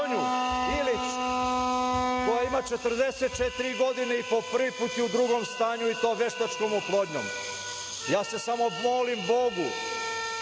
Ilić koja ima 44 godine i po prvi put je u drugom stanju, i to veštačkom oplodnjom. Ja se samo molim Bogu,